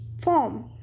form